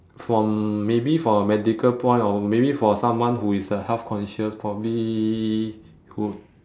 from maybe from a medical point or maybe for someone who is uh health conscious probably who